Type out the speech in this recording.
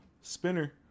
Spinner